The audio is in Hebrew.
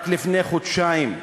רק לפני חודשיים,